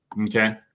okay